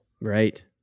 Right